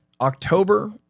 October